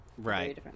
Right